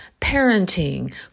parenting